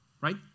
right